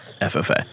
FFA